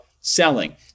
selling